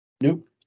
nope